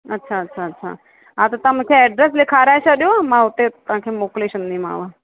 अच्छा अच्छा अच्छा हा त तव्हां मूंखे एड्रेस लिखाराए छॾियो मां उते तव्हांखे मोकिले छॾंदीमाव